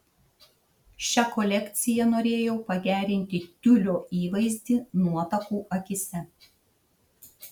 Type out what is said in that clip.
šia kolekcija norėjau pagerinti tiulio įvaizdį nuotakų akyse